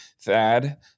thad